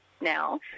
now